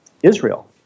Israel